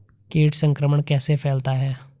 कीट संक्रमण कैसे फैलता है?